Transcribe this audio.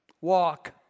walk